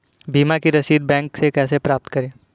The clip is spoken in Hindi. बीमा की रसीद बैंक से कैसे प्राप्त करें?